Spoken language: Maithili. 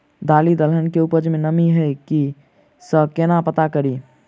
दालि दलहन केँ उपज मे नमी हय की नै सँ केना पत्ता कड़ी?